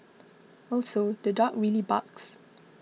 also the dog really barks